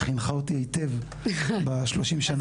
היא חינכה אותי היטב ב-30 שנה שאנחנו ביחד.